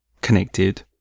connected